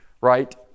right